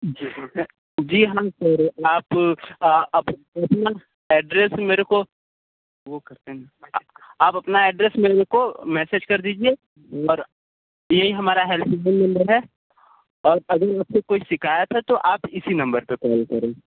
जी जी हम कह रहे आप अपना अपना एड्रेस मेरे को आप अपना एड्रेस मेरे को मैसेज कर दीजिए और यही हमारा हेल्पलाइन नंबर है और अगली बार से कोई शिकायत है तो आप इसी नंबर पर कॉल करें